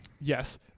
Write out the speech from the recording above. Yes